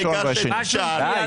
העיקר שתשאל.